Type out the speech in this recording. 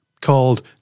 called